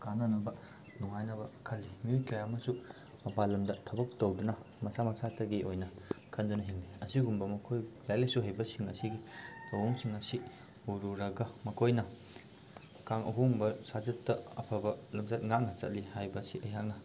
ꯀꯥꯅꯅꯕ ꯅꯨꯡꯉꯥꯏꯅꯕ ꯈꯜꯂꯤ ꯃꯤꯑꯣꯏ ꯀꯌꯥ ꯑꯃꯁꯨ ꯃꯄꯥꯜꯂꯝꯗ ꯊꯕꯛ ꯇꯧꯗꯨꯅ ꯃꯁꯥ ꯃꯁꯥꯇꯒꯤ ꯑꯣꯏꯅ ꯈꯟꯗꯨꯅ ꯍꯤꯡꯂꯤ ꯑꯁꯤꯒꯨꯝꯕ ꯃꯈꯣꯏ ꯂꯥꯏꯔꯤꯛ ꯂꯥꯏꯁꯨ ꯍꯩꯕꯁꯤꯡ ꯑꯁꯤꯒꯤ ꯊꯧꯑꯣꯡꯁꯤꯡ ꯑꯁꯤ ꯎꯔꯨꯔꯒ ꯃꯈꯣꯏꯅ ꯑꯍꯣꯡꯕ ꯁꯥꯖꯠꯇ ꯑꯐꯕ ꯂꯝꯆꯠ ꯉꯥꯛꯅ ꯆꯠꯂꯤ ꯍꯥꯏꯕꯁꯤ ꯑꯩꯍꯥꯛꯅ